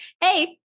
hey